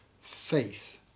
faith